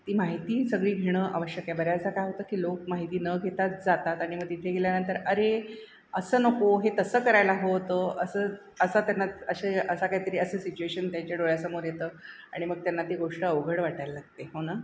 ती माहिती सगळी घेणं आवश्यक आहे बऱ्याचदा काय होतं की लोक माहिती न घेताच जातात आणि मग तिथे गेल्यानंतर अरे असं नको हे तसं करायला होव होतं असं असा त्यांना असे असा काहीतरी असं सिच्युएशन त्यांच्या डोळ्यासमोर येतं आणि मग त्यांना ती गोष्ट अवघड वाटायला लागते हो ना